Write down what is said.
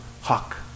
hawk